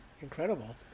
incredible